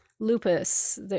lupus